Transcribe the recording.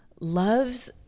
loves